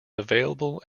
available